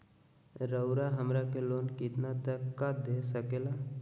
रउरा हमरा के लोन कितना तक का दे सकेला?